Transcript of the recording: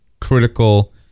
critical